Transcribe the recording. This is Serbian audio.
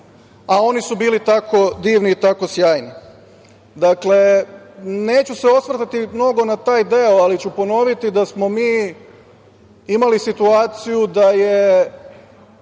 a oni su bili tako divni i tako sjajni. Dakle, neću se osvrtati mnogo na taj deo, ali ću ponoviti da smo mi imali situaciju da je